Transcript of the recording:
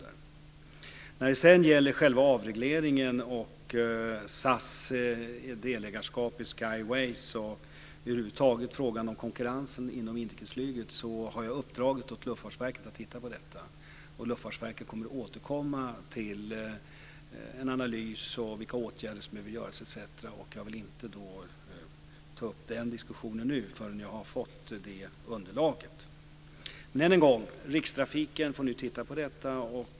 När det sedan gäller själva avregleringen och SAS delägarskap i Skyways, och över huvud taget frågan om konkurrensen inom inrikesflyget, har jag uppdragit åt Luftfartsverket att titta på detta. Luftfartsverket kommer att återkomma med en analys av vilka åtgärder som behöver vidtas etc., och jag vill inte ta upp den diskussionen förrän jag har fått det underlaget. Men än en gång: Rikstrafiken får nu titta på detta.